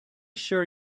sure